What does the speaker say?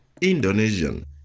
Indonesian